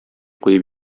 куеп